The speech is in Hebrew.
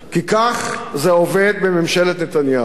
כי כך זה עובד בממשלת נתניהו: